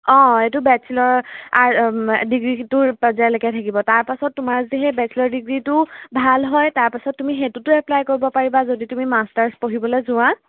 অঁ এইটো বেচেলৰ ডিগ্ৰীৰটো লৈকে থাকিব তাৰপিছত তোমাৰ যদি সেই বেচেলৰ ডিগ্ৰীটো ভাল হয় তাৰপিছত তুমি সেইটোতো এপ্লাই কৰিব পাৰিবা যদি তুমি মাষ্টাৰ্ছ পঢ়িবলৈ যোৱা